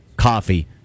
Coffee